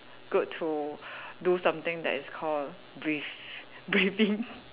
good to do something that is called breathe breathing